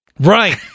right